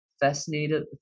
Fascinated